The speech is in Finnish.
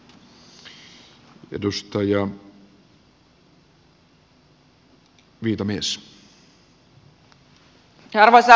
arvoisa puhemies